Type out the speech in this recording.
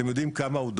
אתם יודעים כמה הוא דורש?